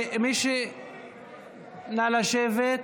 נא לשבת.